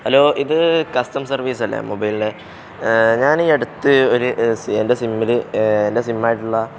hello ഇത് custom സർവീസല്ലേ മൊബൈല്റെ ഞാൻ ഈ അടുത്ത് ഒരു എൻ്റെ സിമ്മിൽ എൻ്റെ സിമ്മ് ആയിട്ടുള്ള